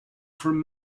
from